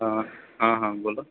हंँ हाँ हाँ बोलऽ